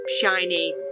shiny